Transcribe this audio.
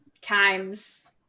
times